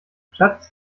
schatz